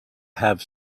have